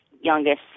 youngest